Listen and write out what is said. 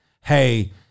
hey